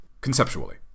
conceptually